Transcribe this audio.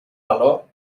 valor